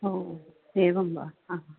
ओ एवं वा